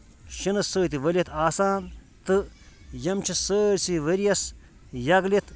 شِنہٕ سۭتۍ ؤلِتھ آسان تہٕ یِم چھِ سٲرسٕے ؤرۍ یَس یَگلِتھ